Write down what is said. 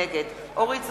נגד אורית זוארץ,